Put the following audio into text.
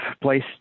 place